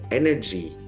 energy